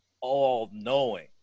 all-knowing